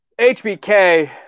HBK